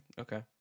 Okay